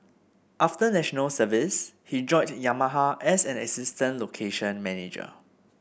after National Service he joined Yamaha as an assistant location manager